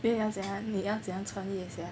你要怎样你要怎样穿越 sia